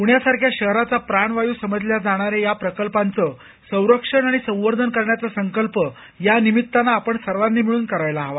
पुण्यासारख्या शहराचा प्राणवायू समजल्या जाणाऱ्या या प्रकल्पांचं संरक्षण आणि संवर्धन करण्याचा संकल्प या निमित्तान आपण सर्वानी मिळून करायला हवा